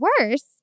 worse